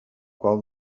qual